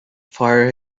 fire